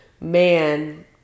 man